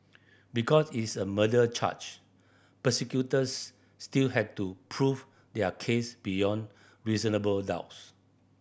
because it is a murder charge prosecutors still had to prove their case beyond reasonable doubts